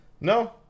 No